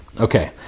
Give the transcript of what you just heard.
Okay